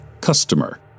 customer